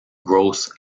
gross